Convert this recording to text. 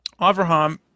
Avraham